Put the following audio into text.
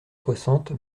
soixante